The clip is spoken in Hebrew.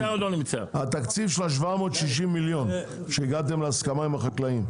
התקציב של ה-760 מיליון שהגעתם להסכמה עם החקלאים,